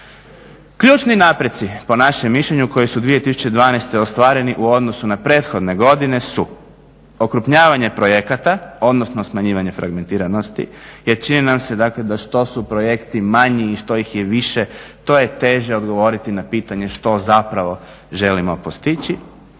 Ključni napreci po našem mišljenju koji su 2012.godine ostvareni u odnosu na prethodne godine su: okrupnjavanje projekta odnosno smanjivanje fragmentiranosti jer čini nam se da što su projekti manji i što ih je više to je teže odgovoriti na pitanje što zapravo želimo postići.